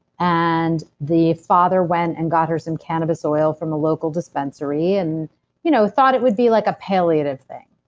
and the father went and got her some cannabis oil from the local dispensary, and you know thought it would be like a palliative thing.